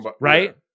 right